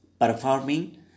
performing